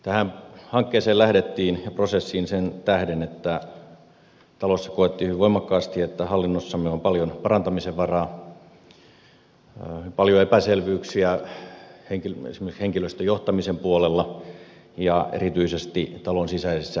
tähän hankkeeseen ja prosessiin lähdettiin sen tähden että talossa koettiin hyvin voimakkaasti että hallinnossamme on paljon parantamisen varaa paljon epäselvyyksiä esimerkiksi henkilöstöjohtamisen puolella ja erityisesti talon sisäisissä prosesseissa